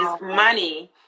money